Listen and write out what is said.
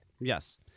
Yes